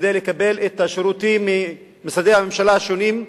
כדי לקבל את השירותים ממשרדי הממשלה השונים,